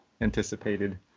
anticipated